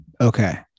Okay